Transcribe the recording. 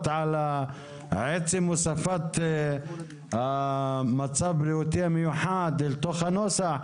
על עצם הוספת מצב בריאותי מיוחד לנוסח,